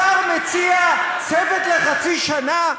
השר מציע צוות לחצי שנה?